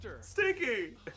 Stinky